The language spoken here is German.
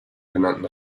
genannten